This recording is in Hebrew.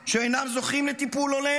שאינם זוכים לטיפול הולם?